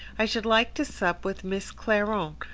i should like to sup with miss clairon,